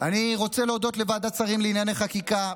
אני רוצה להודות לוועדת שרים לענייני חקיקה,